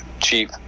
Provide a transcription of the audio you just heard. chief